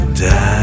die